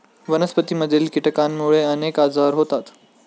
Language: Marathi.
वनस्पतींमधील कीटकांमुळे अनेक आजार होतात